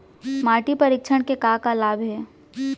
माटी परीक्षण के का का लाभ हे?